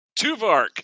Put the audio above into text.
Tuvark